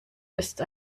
ist